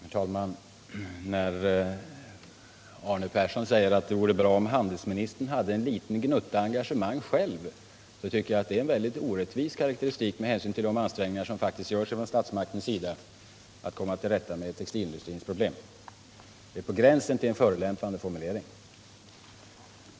Herr talman! Herr Arne Persson säger att det vore bra om handelsministern själv hade en liten gnutta engagemang. Jag tycker att det är en orättvis karakteristik med hänsyn till de ansträngningar som faktiskt görs från statsmakternas sida att komma till rätta med textilindustrins problem. Det är på gränsen till en förolämpande formulering.